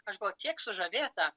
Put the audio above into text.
aš buvau tiek sužavėta